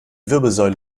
wirbelsäule